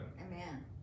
Amen